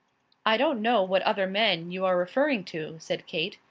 i don't know what other men you are referring to, said kate.